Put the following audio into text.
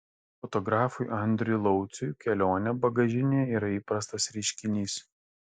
fotografui andriui lauciui kelionė bagažinėje yra įprastas reiškinys